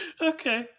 Okay